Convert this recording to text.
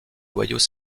loyaux